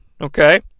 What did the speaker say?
okay